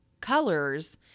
colors